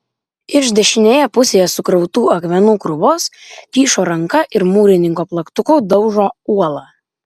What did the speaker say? iš dešinėje pusėje sukrautų akmenų krūvos kyšo ranka ir mūrininko plaktuku daužo uolą